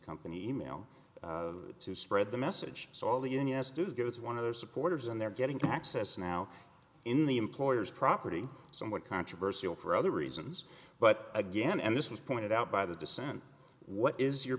company e mail to spread the message so all the unions do is get it's one of their supporters and they're getting access now in the employer's property somewhat controversial for other reasons but again and this was pointed out by the dissent what is your